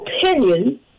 opinion